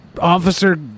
Officer